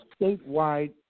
statewide